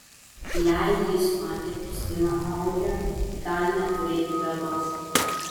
jei jis matė kristiną audžiant galime turėti bėdos